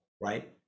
right